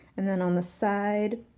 and then on the side,